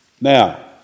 Now